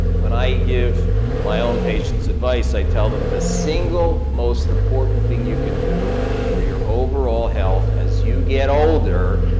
when i give my own patients advice, i tell them the single most important thing you can do for your overall health as you get older